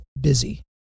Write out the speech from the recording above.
busy